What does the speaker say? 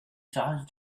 charged